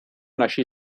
naši